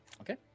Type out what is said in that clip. okay